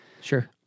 Sure